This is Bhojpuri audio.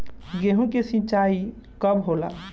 गेहूं के सिंचाई कब होला?